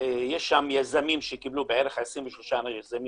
יש שם בערך 23 יזמים